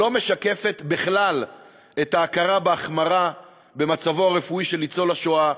לא משקפת בכלל את ההכרה בהחמרה במצבו הרפואי של ניצול השואה,